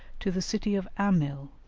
to the city of amil,